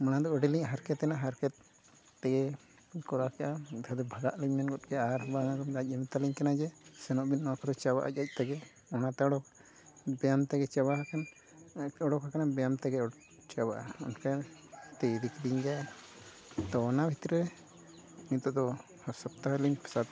ᱢᱟᱲᱟᱝ ᱫᱚ ᱟᱹᱰᱤᱞᱤᱧ ᱦᱟᱨᱠᱮᱛᱮᱱᱟ ᱦᱟᱨᱠᱮᱛ ᱛᱮᱜᱮ ᱠᱚᱨᱟᱣ ᱠᱮᱫᱼᱟ ᱢᱤᱫᱼᱫᱷᱟᱣ ᱫᱚ ᱵᱷᱟᱜᱟᱜᱞᱤᱧ ᱢᱮᱱ ᱜᱚᱫ ᱠᱮᱫᱼᱟ ᱟᱨ ᱵᱟᱝᱟ ᱟᱨ ᱟᱡ ᱮ ᱢᱮᱛᱟᱞᱤᱧ ᱠᱟᱱᱟ ᱡᱮ ᱥᱮᱱᱚᱜ ᱵᱤᱱ ᱱᱚᱣᱟ ᱠᱚᱫᱚ ᱪᱟᱵᱟᱜᱼᱟ ᱟᱡ ᱟᱡᱛᱮᱜᱮ ᱚᱱᱟᱛᱮ ᱟᱨᱦᱚᱸ ᱵᱮᱭᱟᱢ ᱛᱮᱜᱮ ᱪᱟᱵᱟ ᱟᱠᱟᱱ ᱩᱰᱩᱠ ᱟᱠᱟᱱᱟ ᱵᱮᱭᱟᱢ ᱛᱮᱜᱮ ᱪᱟᱵᱟᱜᱼᱟ ᱚᱱᱠᱟᱛᱮ ᱤᱫᱤ ᱠᱤᱫᱤᱧ ᱜᱮᱭᱟᱭ ᱛᱚ ᱚᱱᱟ ᱵᱷᱤᱛᱨᱤᱨᱮ ᱱᱤᱛᱳᱜᱫᱚ ᱦᱟᱨ ᱥᱚᱯᱛᱟᱦᱚ ᱞᱤᱧ ᱥᱟᱛ